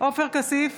עופר כסיף,